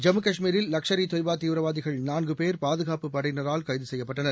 ஜம்மு காஷ்மீரில் லஷ்கர் இ தொய்பா தீவிரவாதிகள் நான்கு பேர் பாதுகாப்புப் படையினரால் கைது செய்யப்பட்டனர்